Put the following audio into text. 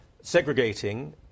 segregating